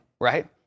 right